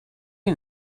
you